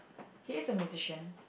he is a musician